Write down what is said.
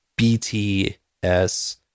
bts